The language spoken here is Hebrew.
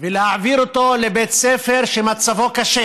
ולהעביר אותו לבית ספר שמצבו קשה